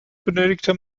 benötigte